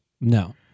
no